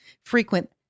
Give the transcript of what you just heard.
frequent